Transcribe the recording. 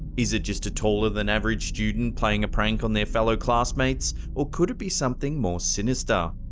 is it just a taller than average student playing a prank on their fellow classmates, or could it be something more sinister?